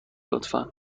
لطفا